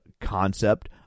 concept